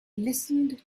listened